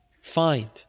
find